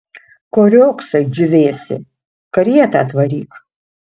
ko riogsai džiūvėsi karietą atvaryk